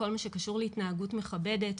כל מה שקשור להתנהגות מכבדת,